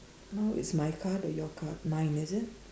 now it's my card your card mine is it